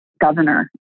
governor